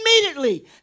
immediately